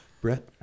Brett